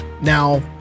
Now